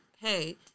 hey